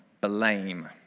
blame